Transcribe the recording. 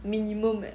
minimum eh